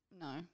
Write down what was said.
No